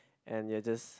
and you're just